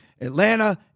Atlanta